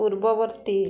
ପୂର୍ବବର୍ତ୍ତୀ